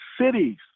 cities